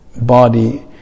body